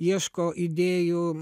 ieško idėjų